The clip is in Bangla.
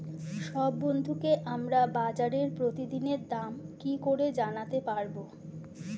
সব বন্ধুকে আমাকে বাজারের প্রতিদিনের দাম কি করে জানাতে পারবো?